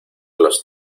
los